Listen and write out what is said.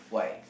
why